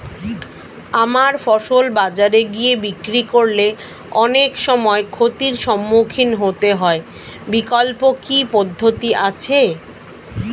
আমার ফসল বাজারে গিয়ে বিক্রি করলে অনেক সময় ক্ষতির সম্মুখীন হতে হয় বিকল্প কি পদ্ধতি আছে?